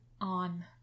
on